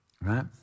Right